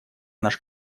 наш